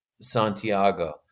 Santiago